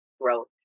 growth